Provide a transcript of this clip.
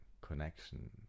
connection